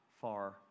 far